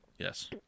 Yes